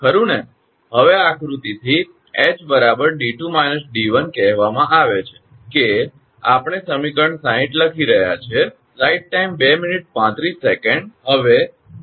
હવે આ આકૃતિથી ℎ 𝑑2 − 𝑑1 આ કહેવામાં આવે છે કે આપણે સમીકરણ 60 લખી રહ્યા છીએ